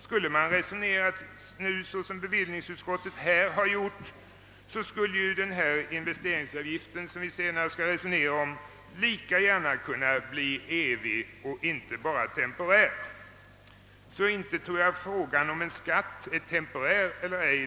Skulle man dra ut konsekvenserna av bevillningsutskottets resonemang i detta avseende, så skulle den investeringsavgift som vi senare skall resonera om lika gärna kunna bli evig och inte temporär. Inte tror jag att det saknar betydelse om en skatt är temporär eller ej.